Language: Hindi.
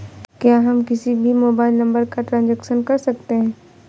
क्या हम किसी भी मोबाइल नंबर का ट्रांजेक्शन कर सकते हैं?